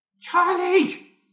Charlie